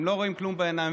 הם לא רואים כלום בעיניים".